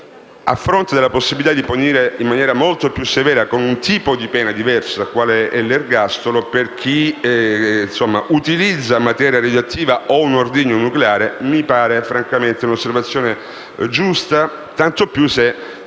a fronte della possibilità di punire in maniera molto più severa, con un tipo di pena diversa qual è l'ergastolo, chi utilizza materia radioattiva o un ordigno nucleare mi pare francamente un'osservazione giusta, tanto più se